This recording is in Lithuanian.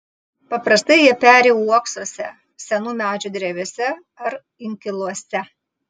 paprastai jie peri uoksuose senų medžių drevėse ar inkiluose